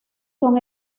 son